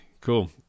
cool